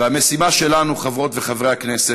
המשימה שלנו, חברות וחברי הכנסת,